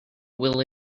will